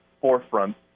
forefront